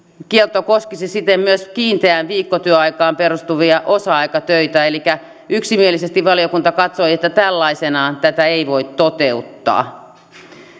kielto koskisi siten myös kiinteään viikkotyöaikaan perustuvia osa aikatöitä elikkä yksimielisesti valiokunta katsoi että tällaisenaan tätä ei voi toteuttaa